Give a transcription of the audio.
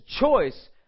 choice